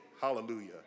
Hallelujah